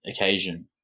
occasion